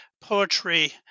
poetry